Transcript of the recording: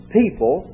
people